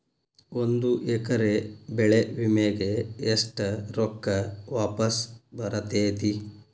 ಒಂದು ಎಕರೆ ಬೆಳೆ ವಿಮೆಗೆ ಎಷ್ಟ ರೊಕ್ಕ ವಾಪಸ್ ಬರತೇತಿ?